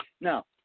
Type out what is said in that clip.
Now